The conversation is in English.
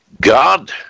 God